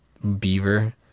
Beaver